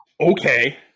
Okay